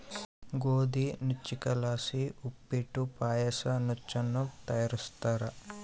ಗೋದಿ ನುಚ್ಚಕ್ಕಿಲಾಸಿ ಉಪ್ಪಿಟ್ಟು ಪಾಯಸ ನುಚ್ಚನ್ನ ತಯಾರಿಸ್ತಾರ